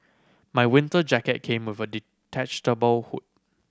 my winter jacket came with a hood